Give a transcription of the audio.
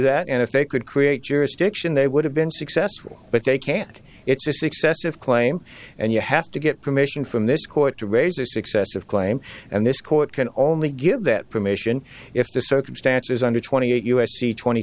that and if they could create jurisdiction they would have been successful but they can't it's excessive claim and you have to get permission from this court to raise this excessive claim and this court can only give that permission if the circumstances under twenty eight u s c twenty